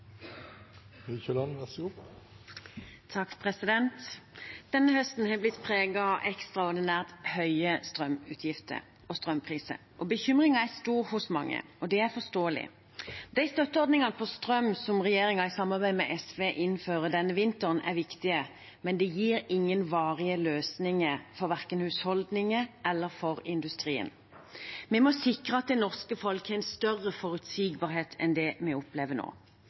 Denne høsten har blitt preget av ekstraordinært høye strømutgifter og strømpriser. Bekymringen er stor hos mange, og det er forståelig. De støtteordningene på strøm som regjeringen i samarbeid med SV innfører denne vinteren, er viktige, men de gir ingen varige løsninger for verken husholdninger eller industrien. Vi må sikre at det norske folk har en større forutsigbarhet enn det vi opplever nå.